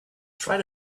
try